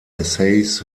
essays